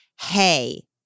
hey